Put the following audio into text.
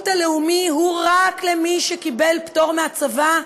הלאומי הוא רק למי שקיבל פטור מהצבא,